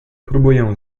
próbuję